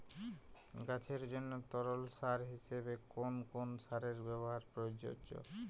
গাছের জন্য তরল সার হিসেবে কোন কোন সারের ব্যাবহার প্রযোজ্য?